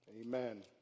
Amen